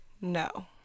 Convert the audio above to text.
No